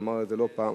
אמרתי את זה לא פעם,